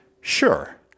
Sure